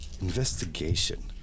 investigation